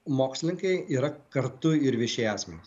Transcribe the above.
mokslininkai yra kartu ir viešieji asmenys